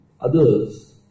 others